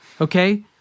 Okay